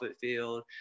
field